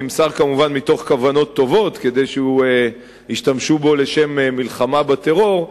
נמסר כמובן מתוך כוונות טובות כדי שישתמשו בו לשם מלחמה בטרור,